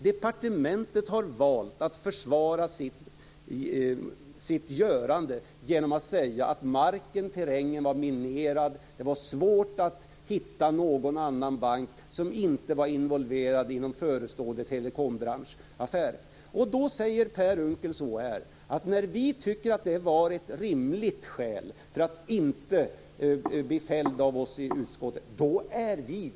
Departementet har valt att försvara sitt görande genom att säga att terrängen var minerad och att det var svårt att hitta någon annan bank som inte var involverad i någon förestående telekomaffär. Då säger Per Unckel ungefär att vi är maktens lakejer, när vi tycker att det är ett rimligt skäl för att inte bli fälld av utskottet.